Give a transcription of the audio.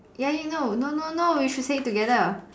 ya you know no no no we should say together